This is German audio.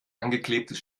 angeklebtes